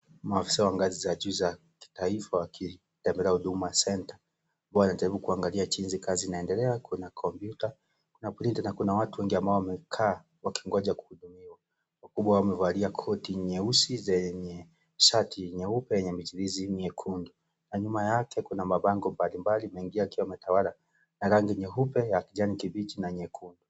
Maafisa wa ngazi za juu za kitaifa wakitembelea huduma senta huku wanajaribu kuangali jinsi kazi inaendelea, kuna kompyuta na (cs)printer(cs) na kuna watu wengi ambao wamekaa wakingoja kuhudumiwa wakubwa wamevalia koti nyeusi zenye shati nyeupe zenye michirizi miekundu na nyuma yake kuna mabango mbalimbali unaingia yakiwa yametawala na rangi nyeupe ya kijani kibichi na nyekundu.